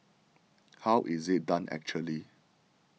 how is it done actually